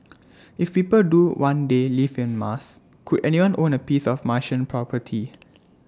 if people do one day live on Mars could anyone own A piece of Martian property